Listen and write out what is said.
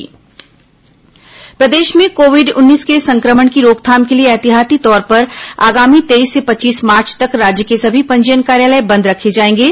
corona पंजीयन प्रशिक्षण प्रदेश में कोविड उन्नीस के संक्रमण की रोकथाम के लिए ऐहतियाती तौर पर आगामी तेईस से पच्चीस मार्च तक राज्य के सभी पंजीयन कार्यालय बंद रखे जाएंगे